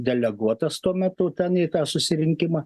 deleguotas tuo metu ten į tą susirinkimą